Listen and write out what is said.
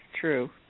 true